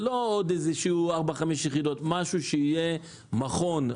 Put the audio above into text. לא עוד איזה 4-5 יחידות אלא משהו שיהיה מכון,